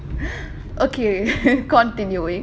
okay continuing